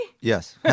Yes